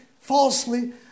falsely